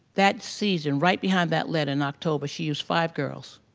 that season, right behind that letter, in october she used five girls.